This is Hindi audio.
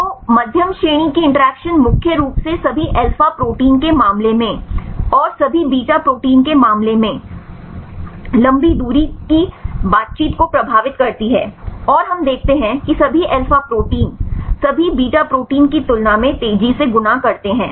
तो मध्यम श्रेणी की इंटरेक्शन्स मुख्य रूप से सभी अल्फा प्रोटीन के मामले में और सभी बीटा प्रोटीन के मामले में लंबी दूरी की बातचीत को प्रभावित करती है और हम देखते हैं कि सभी अल्फा प्रोटीन सभी बीटा प्रोटीन की तुलना में तेजी से गुना करते हैं